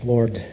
Lord